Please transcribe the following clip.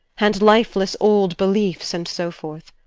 and lifeless old beliefs, and so forth.